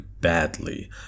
badly